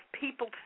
people